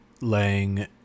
laying